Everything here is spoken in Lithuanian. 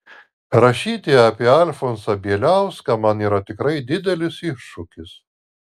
rašyti apie alfonsą bieliauską man yra tikrai didelis iššūkis